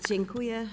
Dziękuję.